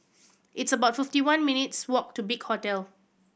it's about fifty one minutes' walk to Big Hotel